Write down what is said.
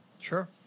sure